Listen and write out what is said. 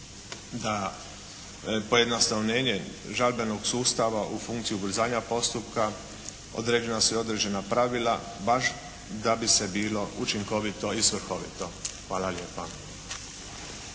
da pojednostavljenje žalbenog sustava u funkciju ubrzanja postupka određena su i određena pravila baš da bi se bilo učinkovito i svrhovito. Hvala lijepa.